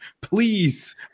Please